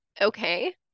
okay